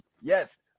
Yes